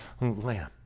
lamb